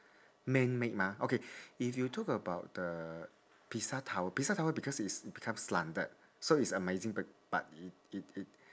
man made mah okay if you talk about the pisa tower pisa tower because it's become slanted so it's amazing but but it it it